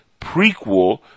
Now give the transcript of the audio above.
prequel